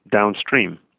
downstream